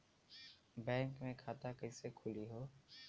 Bank मे खाता कईसे खुली हो?